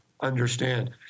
understand